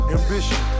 ambition